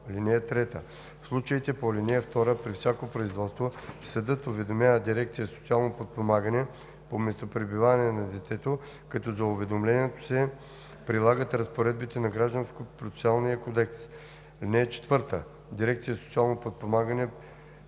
(3) В случаите по ал. 2 при всяко производство съдът уведомява дирекция „Социално подпомагане“ по местопребиваване на детето, като за уведомлението се прилагат разпоредбите на Гражданския процесуален кодекс. (4) Дирекция „Социално подпомагане“